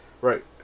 Right